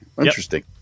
interesting